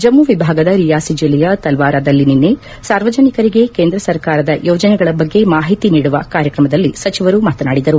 ಜಮ್ನ ವಿಭಾಗದ ರಿಯಾಸಿ ಜಿಲ್ಲೆಯ ತಲ್ವಾರಾದಲ್ಲಿ ನಿನ್ನೆ ಸಾರ್ವಜನಿಕರಿಗೆ ಕೇಂದ್ರ ಸರ್ಕಾರದ ಯೋಜನೆಗಳ ಬಗ್ಗೆ ಮಾಹಿತಿ ನೀಡುವ ಕಾರ್ಯತ್ರಮದಲ್ಲಿ ಸಚಿವರು ಮಾತನಾಡಿದರು